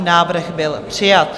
Návrh byl přijat.